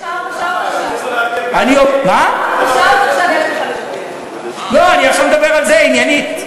אני יכול לדבר על זה, עניינית.